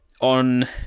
on